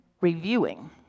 reviewing